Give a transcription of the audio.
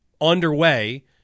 underway